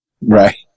right